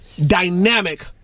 dynamic